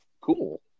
cool